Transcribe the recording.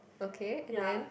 okay and then